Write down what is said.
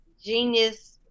genius